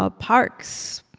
ah parks,